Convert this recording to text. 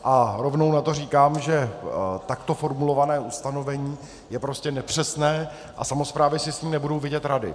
A rovnou na to říkám, že takto formulované ustanovení je prostě nepřesné a samosprávy si s ním nebudou vědět rady.